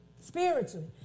Spiritually